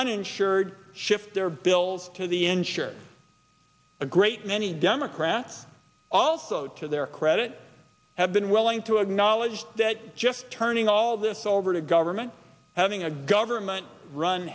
uninsured shift their bills to the ensure a great many democrats also to their credit have been willing to acknowledge that just turning all this over to government having a government run